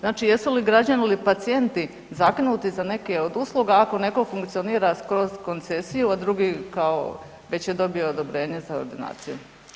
Znači, jesu li građani ili pacijenti zakinuti za neke od usluga ako netko funkcionira kroz koncesiju a drugi kao već je dobio odobrenje za ordinaciju?